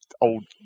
old